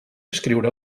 escriure